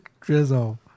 drizzle